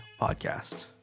Podcast